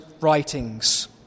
writings